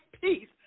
peace